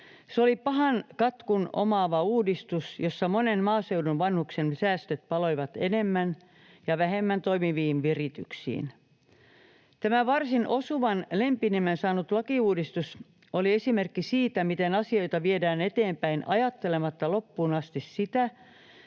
Se oli pahan katkun omaava uudistus, jossa monen maaseudun vanhuksen säästöt paloivat enemmän ja vähemmän toimiviin virityksiin. Tämä varsin osuvan lempinimen saanut lakiuudistus oli esimerkki siitä, miten asioita viedään eteenpäin ajattelematta loppuun asti sitä,